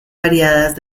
variadas